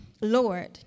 Lord